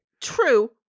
True